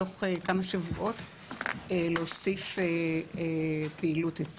או בתוך כמה שבועות להוסיף אצלו פעילות.